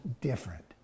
different